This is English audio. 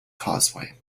causeway